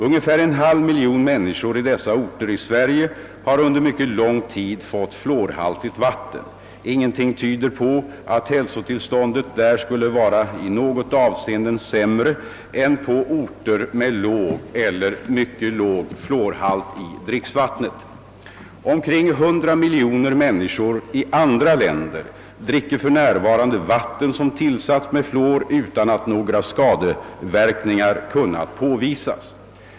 Ungefär en halv miljon människor i dessa orter i Sverige har under mycket lång tid fått fluorhaltigt vatten. Ingenting tyder på att hälsotillståndet där skulle vara i något avseende sämre än på orter med låg eller mycket låg fluorhalt i dricksvattnet. Omkring 100 miljoner människor i andra länder dricker för närvarande vatten som tillsatts med fluor utan att några skadeverkningar kunnat påvisas.